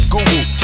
Google